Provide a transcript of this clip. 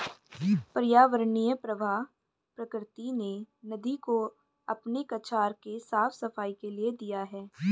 पर्यावरणीय प्रवाह प्रकृति ने नदी को अपने कछार के साफ़ सफाई के लिए दिया है